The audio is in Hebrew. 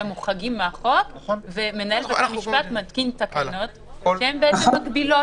שהם מוחרגים מהחוק ומנהל בית המשפט מתקין תקנות שהן מגבילות.